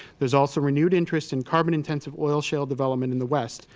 there is also renewed interest in carbon intensive oil shale development in the west,